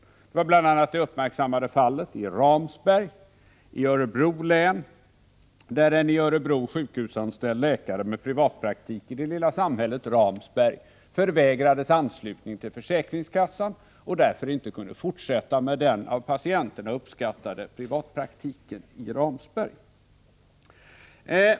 Det senare gällde bl.a. det uppmärksammade fallet i Ramsberg i Örebro län, där en i Örebro sjukhus anställd läkare med privat praktik i det lilla samhället Ramsberg förvägrades anslutning till försäkringskassan och därför inte kunde fortsätta med den av patienterna uppskattade privatpraktiken i Ramsberg.